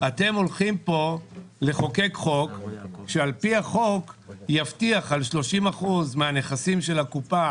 אתם הולכים פה לחוקק חוק שעל פי החוק יבטיח על 30% מהנכסים של הקופה